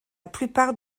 plupart